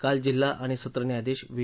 काल जिल्हा आणि सत्र न्यायाधीश व्ही